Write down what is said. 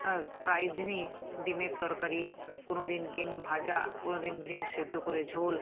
আর প্রায় দিনই ডিমের তরকারি কোনওদিন ডিম ভাজা কোনওদিন ডিম সেদ্ধ করে ঝোল